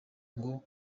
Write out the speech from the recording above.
ngo